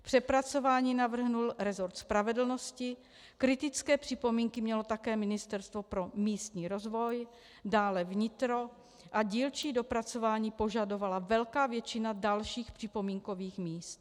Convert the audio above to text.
Přepracování navrhl resort spravedlnosti, kritické připomínky mělo také Ministerstvo pro místní rozvoj, dále vnitro a dílčí dopracování požadovala velká většina dalších připomínkových míst.